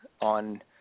on